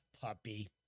puppy